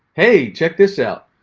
hey, check this out.